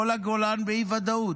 כל הגולן באי-ודאות.